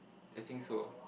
I think so